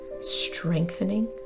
strengthening